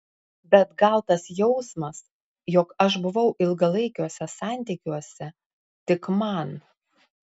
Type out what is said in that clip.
bet gal tas jausmas jog aš buvau ilgalaikiuose santykiuose tik man